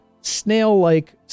snail-like